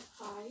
Hi